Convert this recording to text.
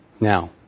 Now